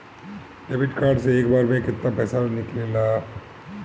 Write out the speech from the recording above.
Debit card से एक बार मे केतना पैसा निकले ला?